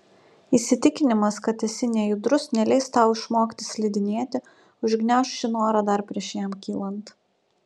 įsitikinimas kad esi nejudrus neleis tau išmokti slidinėti užgniauš šį norą dar prieš jam kylant